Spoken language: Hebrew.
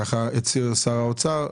כך הצהיר שר האוצר,